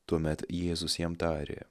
tuomet jėzus jam tarė